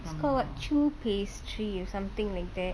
it's called what true pastry or something like that